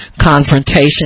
confrontation